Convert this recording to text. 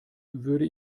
würde